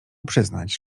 przyznać